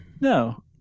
No